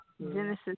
Genesis